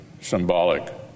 symbolic